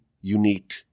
unique